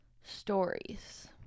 stories